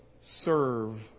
serve